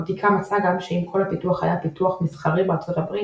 הבדיקה מצאה גם שאם כל הפיתוח היה פיתוח מסחרי בארצות הברית,